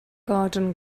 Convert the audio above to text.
garden